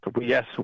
yes